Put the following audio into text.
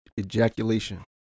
ejaculation